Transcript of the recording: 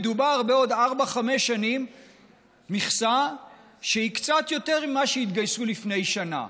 מדובר במכסה לעוד ארבע-חמש שנים שהיא קצת יותר ממה שהתגייסו לפני שנה.